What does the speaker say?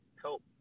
help